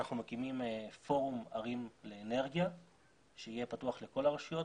אנחנו מקימים פורום ערים לאנרגיה שיהיה פתוח לכל הרשויות,